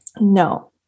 No